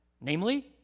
namely